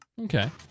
Okay